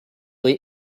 või